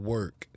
Work